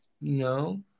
No